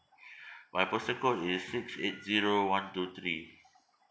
my postal code is six eight zero one two three